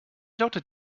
lautet